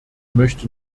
möchte